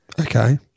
Okay